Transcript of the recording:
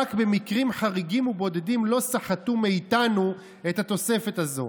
רק במקרים חריגים ובודדים לא סחטו מאיתנו את התוספת הזו.